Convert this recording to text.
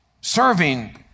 serving